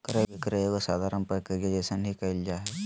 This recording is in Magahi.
क्रय विक्रय एगो साधारण प्रक्रिया जइसन ही क़इल जा हइ